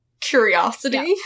curiosity